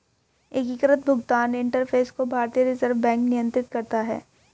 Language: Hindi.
एकीकृत भुगतान इंटरफ़ेस को भारतीय रिजर्व बैंक नियंत्रित करता है